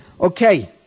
Okay